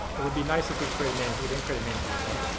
it would be nice if we created names, we didn't create a name for this one,